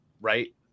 right